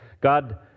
God